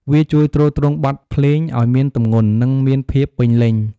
វាជួយទ្រទ្រង់បទភ្លេងឱ្យមានទម្ងន់ និងមានភាពពេញលេញ។